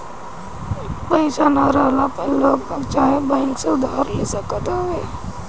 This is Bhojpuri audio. पईसा ना रहला पअ लोगबाग चाहे बैंक से उधार ले सकत हवअ